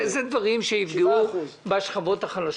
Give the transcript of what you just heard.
כן, 7%. אלה דברים שיפגעו בשכבות החלשות.